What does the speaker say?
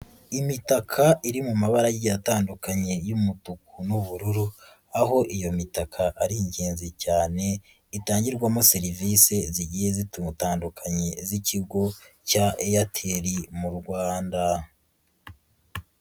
Imitaka iri mu maba agiye atandukanye y'umutuku n'ubururu, aho iyo mitaka ari ingenzi cyane, itangirwamo serivisi zigiye zitutandukanye, z'ikigo cya Airtel mu Rwanda.